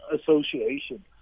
association